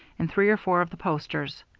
and three or four of the posters.